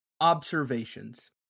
observations